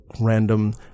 random